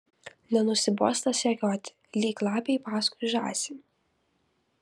nenusibosta sekioti lyg lapei paskui žąsį